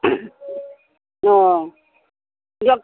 অঁ দিয়ক